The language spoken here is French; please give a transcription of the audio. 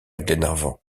glenarvan